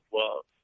love